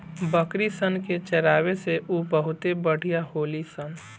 बकरी सन के चरावे से उ बहुते बढ़िया होली सन